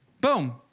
Boom